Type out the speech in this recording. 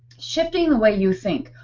shifting what you think.